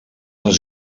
les